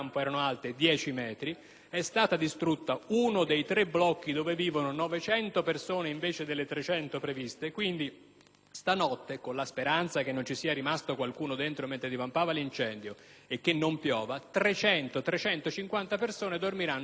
notte, con la speranza che non ci sia rimasto qualcuno dentro mentre divampava l'incendio e che non piova, 300-350 persone dormiranno all'addiaccio in un centro che nel giro di tre giorni è stato trasformato da centro di prima assistenza e soccorso in CIE vero e proprio.